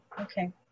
Okay